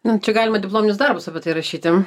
nu čia galima diplominius darbus apie tai rašyti